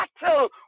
battle